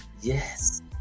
Yes